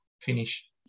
finish